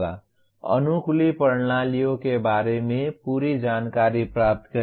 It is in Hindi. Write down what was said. अनुकूली प्रणालियों के बारे में पूरी जानकारी प्राप्त करें